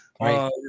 right